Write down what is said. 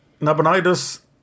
Nabonidus